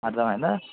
అర్థమైందా